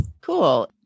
Cool